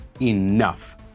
enough